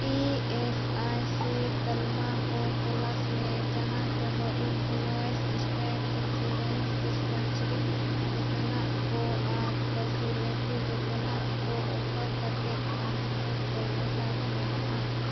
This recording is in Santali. ᱤ ᱮᱥ ᱟᱭ ᱥᱤ ᱛᱟᱞᱢᱟ ᱠᱚ ᱛᱚᱞᱟᱥ ᱢᱮ ᱡᱟᱦᱟᱸᱠᱚᱫᱚ ᱮᱢᱯᱞᱚᱭᱮᱥ ᱥᱴᱮᱴ ᱤᱱᱥᱩᱨᱮᱱᱥ ᱰᱤᱥᱯᱮᱱᱥᱟᱨᱤ ᱞᱮᱠᱟᱱᱟᱜ ᱠᱚ ᱟᱨ ᱠᱮᱡᱩᱭᱮᱞᱤᱴᱤ ᱡᱚᱛᱚᱱᱟᱜᱠᱚ ᱚᱯᱷᱟᱨ ᱠᱟᱛᱮᱫ ᱟᱨ ᱦᱚᱱᱚᱛ ᱠᱳᱞᱠᱟᱛᱟᱨᱮ ᱢᱮᱱᱟᱜᱼᱟ